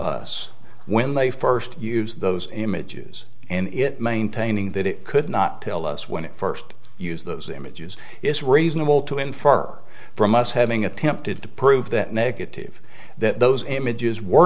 us when they first use those images and it maintaining that it could not tell us when it first use those images it's reasonable to infer from us having attempted to prove that negative that those images were